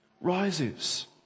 rises